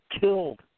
killed